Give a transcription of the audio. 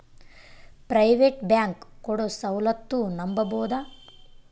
Private bank ಕೊಡೊ ಸೌಲತ್ತು ನಂಬಬೋದ?